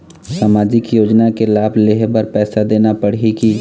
सामाजिक योजना के लाभ लेहे बर पैसा देना पड़ही की?